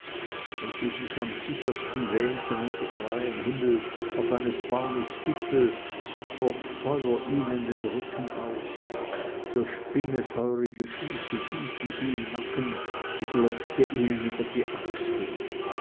wenn sie am sichersten sich wähnten unterem freien himmel auf eines baumes gipfel so kroch feuer ihnen den rücken auf der spinne feurige füße fühlten sie im nacken sie glotzte ihnen über die achsel